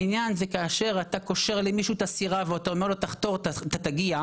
העניין זה כאשר אתה קושר למישהו את הסירה ואתה אומר לו תחתור אתה תגיע,